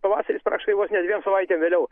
pavasaris praktiškai vos ne dviem savaitėm vėliau